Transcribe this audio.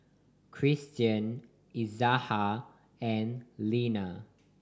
Kristian Izaiah and Linna